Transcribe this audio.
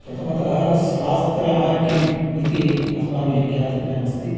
प्रथमतः शास्त्रः किम् इति अस्माभिः ज्ञातव्यम् अस्ति